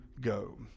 go